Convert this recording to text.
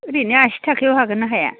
ओरैनो आसि थाखायाव होगोन्ना हाया